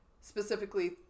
specifically